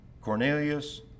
Cornelius